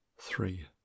Three